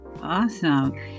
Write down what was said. awesome